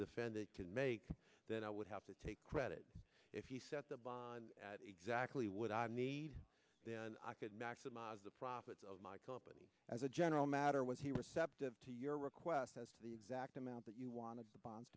defendant can make that i would have to take credit if you set the bond at exactly what i need then i could maximize the profits of my company as a general matter was he receptive to your request as the exact amount that you wanted the bo